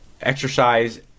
exercise